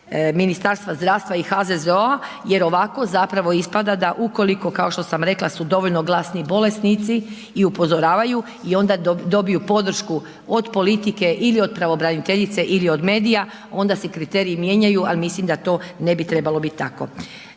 Ministarstva zdravstva i HZZO-a jer ovako zapravo ispada da ukoliko kao što sam rekla su dovoljno glasni bolesnici i upozoravaju i onda dobiju podršku od politike ili od pravobraniteljice ili od medija, onda se kriteriji mijenjaju ali mislim da to ne bi trebalo bit tako.